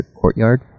courtyard